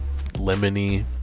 Lemony